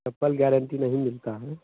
चप्पल guarantee नहीं मिलता है